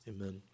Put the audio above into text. Amen